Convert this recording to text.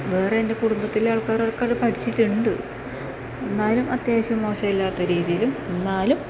വേറെ എൻ്റെ കുടുംബത്തിലെ ആൾക്കാരൊക്കെ അവിടെ പഠിച്ചിട്ടുണ്ട് എന്നാലും അത്യാവശ്യം മോശമില്ലാത്ത രീതിയിലും എന്നാലും